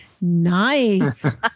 Nice